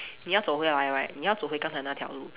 你要走回来 right 你要走回刚才那条路